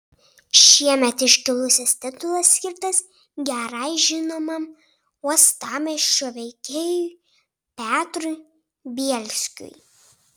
šiemet iškilusis titulas skirtas gerai žinomam uostamiesčio veikėjui petrui bielskiui